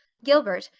gilbert,